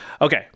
Okay